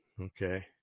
okay